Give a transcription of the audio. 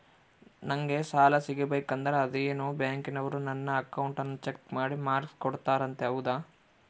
ನಂಗೆ ಸಾಲ ಸಿಗಬೇಕಂದರ ಅದೇನೋ ಬ್ಯಾಂಕನವರು ನನ್ನ ಅಕೌಂಟನ್ನ ಚೆಕ್ ಮಾಡಿ ಮಾರ್ಕ್ಸ್ ಕೊಡ್ತಾರಂತೆ ಹೌದಾ?